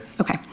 Okay